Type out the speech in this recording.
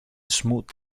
smooth